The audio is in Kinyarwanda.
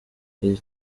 iri